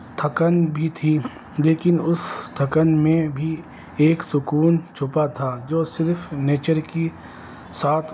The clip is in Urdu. تھکن بھی تھی لیکن اس تھکن میں بھی ایک سکون چھپا تھا جو صرف نیچر کی ساتھ